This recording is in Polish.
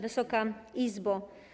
Wysoka Izbo!